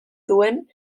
duen